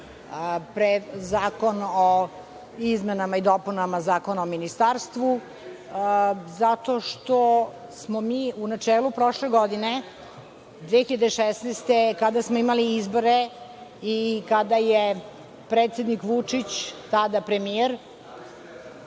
zakon o izmenama i dopunama Zakona o ministarstvu, zato što smo mi, u načelu, prošle godine, 2016. godine, kada smo imali izbore i kada je predsednik Vučić, tada premijer. Molila